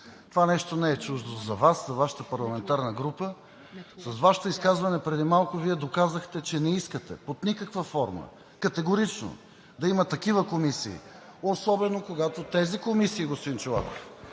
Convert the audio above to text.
Това нещо не е чуждо за Вас, за Вашата парламентарна група. С Вашето изказване преди малко Вие доказахте, че не искате под никаква форма, категорично да има такива комисии, особено когато тези комисии, господин Чолаков,